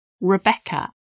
Rebecca